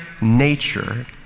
nature